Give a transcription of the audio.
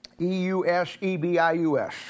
E-U-S-E-B-I-U-S